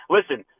Listen